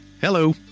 Hello